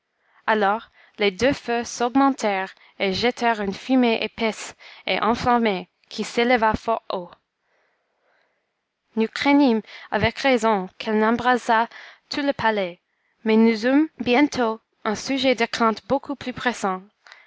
alors les deux feux s'augmentèrent et jetèrent une fumée épaisse et enflammée qui s'éleva fort haut nous craignîmes avec raison qu'elle n'embrasât tout le palais mais nous eûmes bientôt un sujet de crainte beaucoup plus pressant